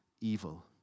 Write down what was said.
evil